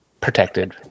protected